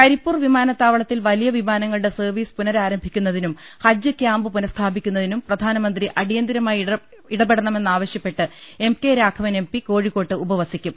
കരിപ്പൂർ വിമാനത്താവളത്തിൽ വലിയു വിമാനങ്ങളുടെ സർവീസ് പുനരാരംഭിക്കുന്നതിനും ഹജ്ജ് ക്യാമ്പ് പുനസ്ഥാപി ക്കുന്നതിനും പ്രധാനമന്ത്രി അടിയന്തരമായി ഇടപെടണമെന്നാവ ശ്യപ്പെട്ട് M K Raghavan M P കോഴിക്കോട്ട് ഉപവസിക്കും